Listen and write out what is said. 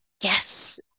Yes